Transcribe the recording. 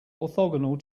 orthogonal